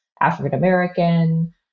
African-American